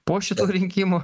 po šitų rinkimų